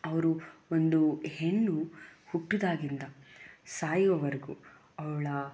ಅವರು ಒಂದು ಹೆಣ್ಣು ಹುಟ್ಟಿದಾಗಿಂದ ಸಾಯುವರೆಗೂ ಅವಳ